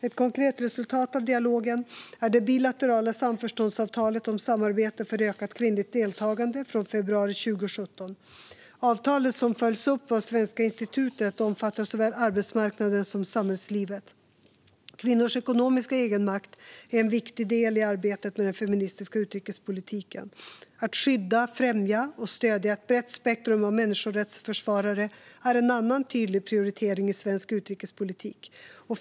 Ett konkret resultat av dialogen är det bilaterala samförståndsavtalet om samarbete för ökat kvinnligt deltagande från februari 2017. Avtalet, som följs upp av Svenska institutet, omfattar såväl arbetsmarknaden som samhällslivet. Kvinnors ekonomiska egenmakt är en viktig del i arbetet med den feministiska utrikespolitiken. Att skydda, främja och stödja ett brett spektrum av människorättsförsvarare är en annan tydlig prioritering i svensk utrikespolitik.